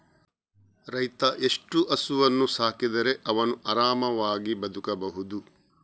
ರೈತ ಎಷ್ಟು ಹಸುವನ್ನು ಸಾಕಿದರೆ ಅವನು ಆರಾಮವಾಗಿ ಬದುಕಬಹುದು?